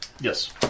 Yes